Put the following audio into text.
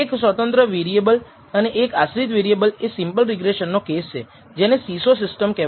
એક સ્વતંત્ર વેરિએબલ અને એક આશ્રિત વેરિએબલ એ સીંપલ રિગ્રેસન નો કેસ છે જેને SISO સિસ્ટમ કહેવાય છે